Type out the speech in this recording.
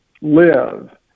live